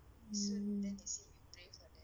mm